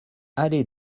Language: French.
allée